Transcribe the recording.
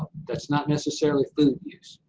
that's not necessarily food use,